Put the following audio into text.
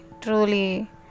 truly